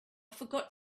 forgot